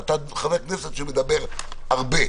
ואתה חבר כנסת שמדבר הרבה,